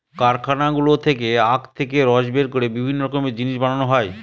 কারখানাগুলো থেকে আখ থেকে রস বের করে বিভিন্ন রকমের জিনিস বানানো হয়